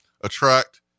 attract